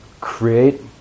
create